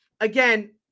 again